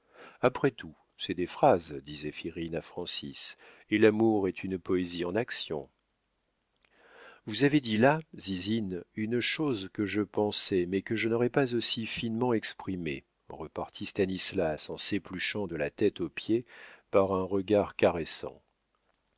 après tout c'est des phrases dit zéphirine à francis et l'amour est une poésie en action vous avez dit là zizine une chose que je pensais mais que je n'aurais pas aussi finement exprimée repartit stanislas en s'épluchant